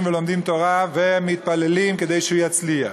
ולומדים תורה ומתפללים כדי שהוא יצליח.